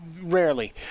Rarely